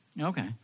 okay